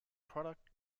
product